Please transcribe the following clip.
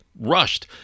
rushed